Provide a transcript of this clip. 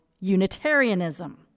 Unitarianism